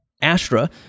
Astra